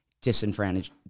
disenfranchised